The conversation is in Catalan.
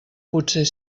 potser